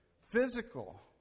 Physical